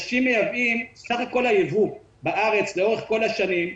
סך כל הייבוא בארץ לאורך כל השנים,